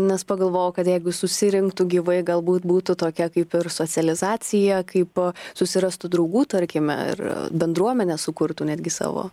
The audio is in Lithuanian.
nes pagalvojau kad jeigu susirinktų gyvai galbūt būtų tokia kaip ir socializacija kaip susirastų draugų tarkime ir bendruomenę sukurtų netgi savo